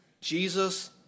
Jesus